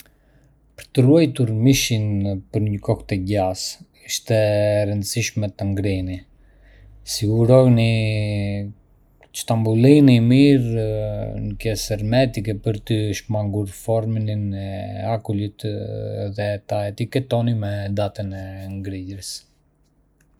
Për të ruajtur mishin për një kohë të gjatë, është e rëndësishme ta ngrini. Sigurohuni që ta mbyllni mirë në qese hermetike për të shmangur formimin e akullit dhe ta etiketoni me datën e ngrirjes.